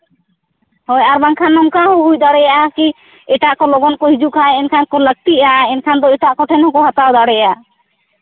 ᱦᱳᱭ ᱟᱨ ᱵᱟᱝᱠᱷᱟᱱ ᱱᱚᱝᱠᱟ ᱦᱚᱸ ᱦᱩᱭ ᱫᱟᱲᱮᱭᱟᱜᱼᱟ ᱠᱤ ᱮᱴᱟᱜ ᱠᱚ ᱞᱚᱜᱚᱱ ᱠᱚ ᱦᱤᱡᱩᱜ ᱠᱷᱟᱡ ᱮᱱᱠᱷᱟᱱ ᱠᱚ ᱞᱟᱹᱠᱛᱤᱜᱼᱟ ᱮᱱᱠᱷᱟᱱ ᱫᱚ ᱮᱴᱟᱜ ᱠᱚ ᱴᱷᱮᱱ ᱦᱚᱸᱠᱚ ᱦᱟᱛᱟᱣ ᱫᱟᱲᱮᱭᱟᱜᱼᱟ